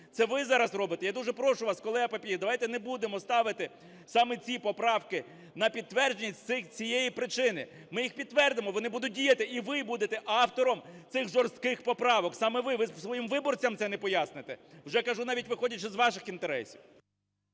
Це ви зараз робите. Я дуже прошу вас, колегаПапієв, давайте не будемо ставити саме ці поправки на підтвердження з цієї причини. Ми їх підтвердимо, вони будуть діяти, і ви будете автором цих жорстких поправок, саме ви. Ви своїм виборцям це не поясните. Вже кажу, навіть виходячи з ваших інтересів.